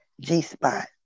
G-spot